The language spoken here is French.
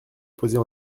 posez